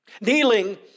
Kneeling